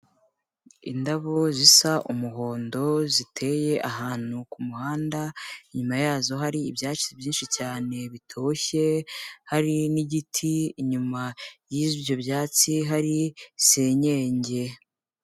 Indabo zisa umuhondo ziteye ahantu ku muhanda, inyuma yazo hari ibyatsi byinshi cyane bitoshye, hari n'igiti, inyuma y'ibyo byatsi hari senyenge.